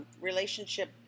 relationship